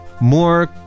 more